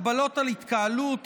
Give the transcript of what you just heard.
הגבלות על התקהלות,